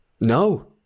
no